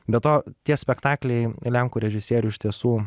be to tie spektakliai lenkų režisierių iš tiesų